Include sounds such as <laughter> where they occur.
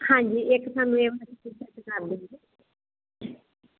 ਹਾਂਜੀ ਇੱਕ ਸਾਨੂੰ ਇਹ ਵਾਲਾ ਕਿੱਟੀ ਸੈੱਟ <unintelligible>